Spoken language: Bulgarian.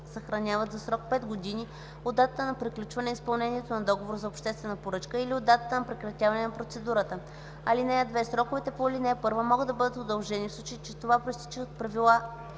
съхраняват за срок 5 години от датата на приключване изпълнението на договора за обществена поръчка или от датата на прекратяване на процедурата. (2) Сроковете по ал. 1 могат да бъдат удължени, в случай че това произтича от правила